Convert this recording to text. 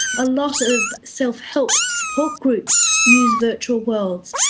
a lot of self-help support groups use virtual worlds,